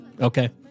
Okay